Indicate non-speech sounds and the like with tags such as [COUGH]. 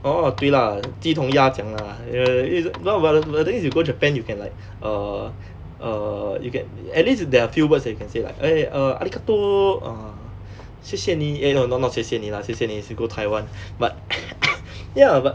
oh 对 lah 鸡同鸭讲 lah err 因为 no but the but the thing is you go japan you can like err err you can at least there are few words you can say like eh err arigato ah 谢谢你 eh no not not 谢谢你 lah 谢谢你 is you go taiwan but [COUGHS] ya but